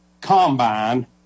combine